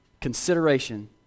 consideration